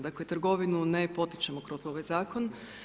Dakle, trgovinu ne potičemo kroz ovaj zakon.